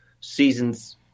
seasons